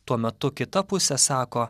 tuo metu kita pusė sako